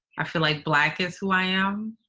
i feel like black is who i am,